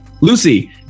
Lucy